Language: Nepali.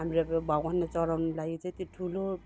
हाम्रो अब भगवान्लाई चढाउनु लागि चाहिँ त्यो ठुलो